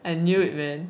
I knew it man